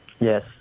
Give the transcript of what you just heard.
Yes